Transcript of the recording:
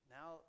Now